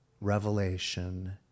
revelation